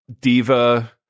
diva